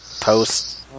post